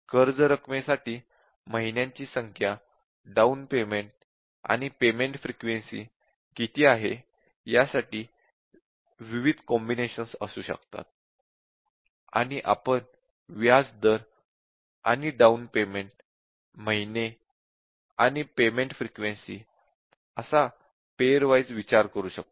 कर्ज रक्कमेसाठी महिन्यांची संख्या डाउन पेमेंट आणि पेमेंट फ्रिक्वेन्सी किती आहे यासाठी विविध कॉम्बिनेशन्स असू शकतात आणि आपण व्याज दर आणि डाउन पेमेंट महिने आणि पेमेंट फ्रिक्वेन्सी असा पेअर वाइज़ विचार करू शकतो